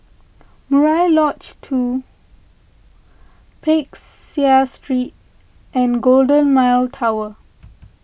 Murai Lodge two Peck Seah Street and Golden Mile Tower